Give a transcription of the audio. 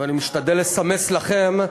ואני משתדל לסמס לכם,